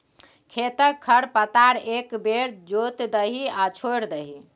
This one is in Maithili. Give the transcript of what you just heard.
खेतक खर पतार एक बेर जोति दही आ छोड़ि दही